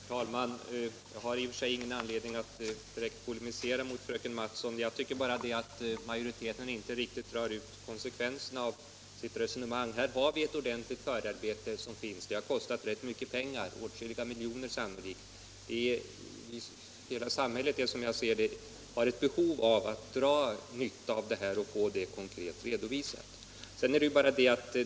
Herr talman! Jag har i och för sig ingen anledning att direkt polemisera mot fröken Mattson. Jag tycker bara att majoriteten inte riktigt drar ut konsekvenserna av sitt resonemang. Det har gjorts ett ordentligt förarbete som har kostat rätt mycket pengar, sannolikt åtskilliga miljoner. Som jag ser det har hela samhället behov av att dra nytta av projektet och att få detta konkret redovisat.